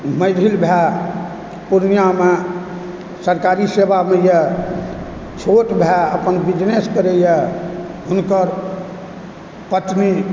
माझिल भाय पूर्णियामे सरकारी सेवामेए छोट भाय अपन बिजनेस करयए हुनकर पत्नी